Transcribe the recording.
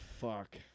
fuck